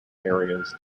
areas